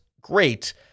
great